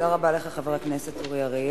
תודה רבה לך, חבר הכנסת אורי אריאל.